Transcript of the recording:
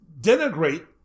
denigrate